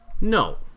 No